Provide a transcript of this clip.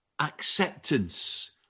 acceptance